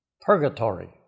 purgatory